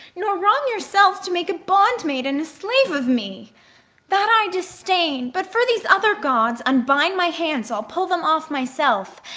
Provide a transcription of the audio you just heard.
nor wrong yourself, to make a bondmaid and a slave of me that i disdain but for these other gawds, unbind my hands, i'll pull them off myself,